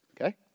Okay